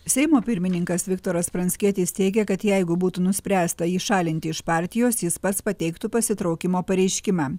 seimo pirmininkas viktoras pranckietis teigė kad jeigu būtų nuspręsta jį šalinti iš partijos jis pats pateiktų pasitraukimo pareiškimą